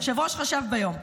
היושב-ראש חשב שביום.